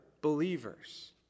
believers